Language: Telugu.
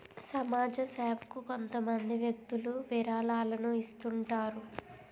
సమాజ సేవకు కొంతమంది వ్యక్తులు విరాళాలను ఇస్తుంటారు